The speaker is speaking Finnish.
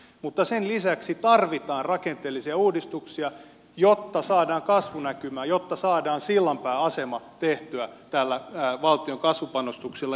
mutta sen lisäksi tarvitaan rakenteellisia uudistuksia jotta saadaan kasvunäkymää jotta saadaan sillanpääasema tehtyä tällä valtion kasvupanostuksella